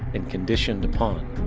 and conditioned upon.